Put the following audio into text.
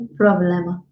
problema